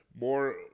more